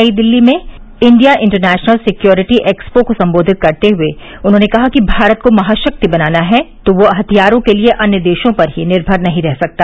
नई दिल्ली में India international security expo को संबोधित करते हुए उन्होंने कहा कि भारत को महाशक्ति बनना है तो वह हथियारों के लिए अन्य देशों पर ही निर्भर नहीं रह सकता